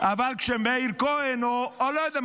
אבל כשמאיר כהן או לא יודע מי,